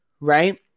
right